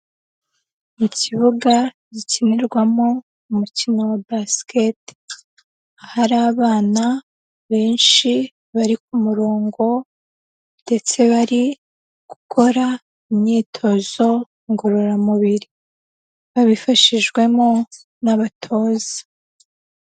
Ikibuga gikinirwamo umukino wa basikete hari abana benshi bari ku murongo ndetse bari gukora imyitozo ngororamubiri babifashijwemo n'abatoza.